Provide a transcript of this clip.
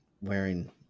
wearing